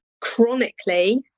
chronically